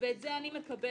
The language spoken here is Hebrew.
ואת זה אני מקבלת,